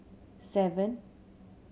seven